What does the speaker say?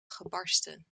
gebarsten